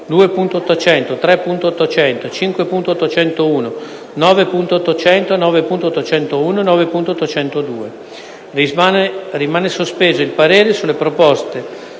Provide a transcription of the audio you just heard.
2.800, 3.800, 5.801, 9.800, 9.801 e 9.802. Rimane sospeso il parere sulle proposte